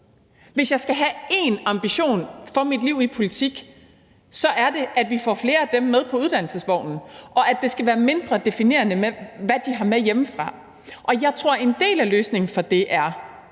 hvis jeg skal have én ambition for mit liv i politik, så er det, at vi får flere af dem med på uddannelsesvognen, og at det skal være mindre definerende, hvad de har med hjemmefra. Jeg tror, en del af løsningen på det